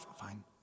Fine